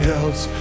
else